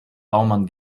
baumann